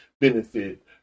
benefit